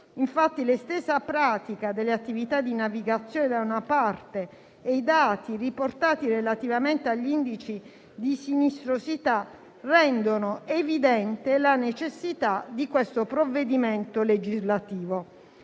Infatti la stessa pratica delle attività di navigazione, da una parte, e i dati riportati relativamente agli indici di sinistrosità dall'altra, rendono evidente la necessità del provvedimento legislativo.